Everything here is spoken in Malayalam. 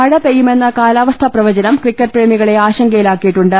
മഴ പെയ്യുമെന്ന കാലാവസ്ഥാ പ്രവചനം ക്രിക്കറ്റ് പ്രേമികളെ ആശങ്ക യിലാക്കിയിട്ടുണ്ട്